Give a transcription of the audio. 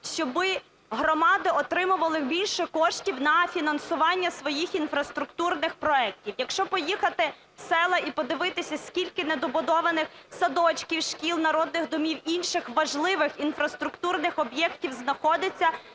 щоб громади отримували більше коштів на фінансування своїх інфраструктурних проектів. Якщо поїхати в села і подивитися, скільки недобудованих садочків, шкіл, народних домів, інших важливих інфраструктурних об'єктів знаходиться,